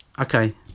Okay